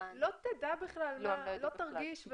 לא תדע בכלל, לא תרגיש ולא תבין.